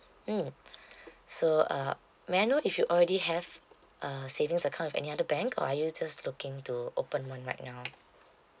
mm so uh may I know if you already have a savings account with any other bank or are you just looking to open one right now